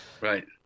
Right